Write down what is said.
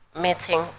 meeting